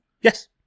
Yes